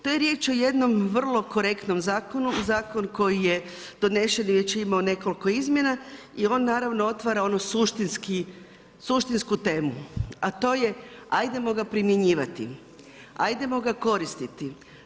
To je riječ o jednom vrlo korektnom zakonu, zakon koji je donesen i već je imao nekoliko izmjena i on naravno otvara ono suštinsku temu, a to je ajdemo ga primjenjivati, ajdemo ga koristiti.